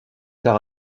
tard